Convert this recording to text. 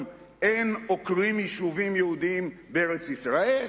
אין עוקרים יישובים יהודיים בארץ-ישראל,